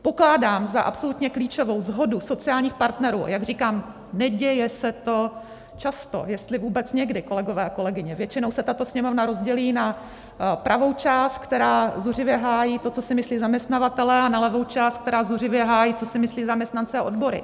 Pokládám za absolutně klíčovou shodu sociálních partnerů a jak říkám, neděje se to často, jestli vůbec někdy, kolegové a kolegyně, většinou se tato Sněmovna rozdělí na pravou část, která zuřivě hájí to, co si myslí zaměstnavatelé, a na levou část, která zuřivě hájí, co si myslí zaměstnanci a odbory.